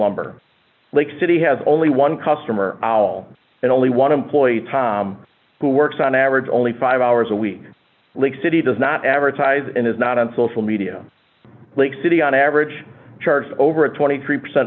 lumber lake city has only one customer our all and only one employee tom who works on average only five hours a week lake city does not advertise and is not on social media lake city on average charges over a twenty three percent